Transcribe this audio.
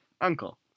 uncle